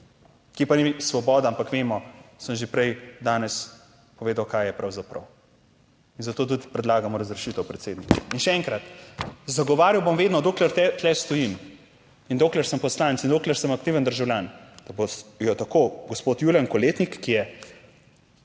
ki pa ni Svoboda, ampak vemo, sem že prej danes povedal kaj je pravzaprav in zato tudi predlagamo razrešitev predsednika. In še enkrat, zagovarjal bom vedno dokler tu stojim in dokler sem poslanec 61. TRAK: (TB) - 15.05 (nadaljevanje) in dokler sem aktiven državljan, da je tako gospod Julijan Koletnik, ki je